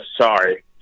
sorry